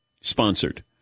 sponsored